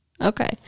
Okay